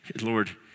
Lord